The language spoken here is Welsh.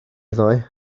ddoe